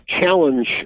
challenge